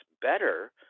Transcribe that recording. better